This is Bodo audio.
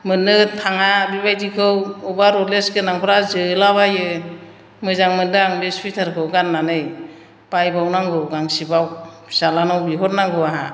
मोननो थाङा बेबायदिखौ बबेबा रलेस गोनांफ्रा जोलाबायो मोजां मोनदों आं बे सुवेटारखौ गाननानै बायबावनांगौ गांसेबाव फिसाज्लानाव बिहरनांगौ आंहा